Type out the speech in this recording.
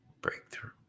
Breakthrough